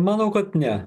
manau kad ne